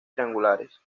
triangulares